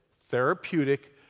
therapeutic